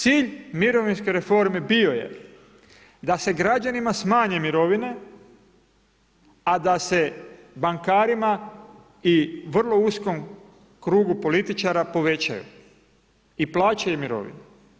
Cilj mirovinske reforme bio je da se građanima smanje mirovine, a da se bankarima i vrlo uskom krugu političara povećaju i plaće i mirovine.